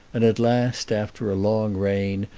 and at last, after a long rain,